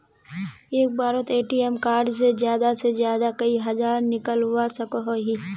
एक बारोत ATM card से ज्यादा से ज्यादा कई हजार निकलवा सकोहो ही?